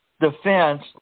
defense